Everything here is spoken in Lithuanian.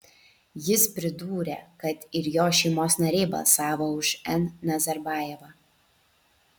jis pridūrė kad ir jo šeimos nariai balsavo už n nazarbajevą